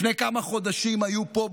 לפני כמה חודשים היו פה,